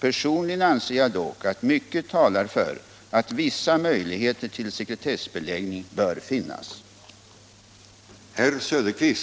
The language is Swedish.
Personligen anser jag dock att mycket talar för att vissa möjligheter till sekretessbeläggning bör finnas.